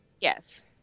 Yes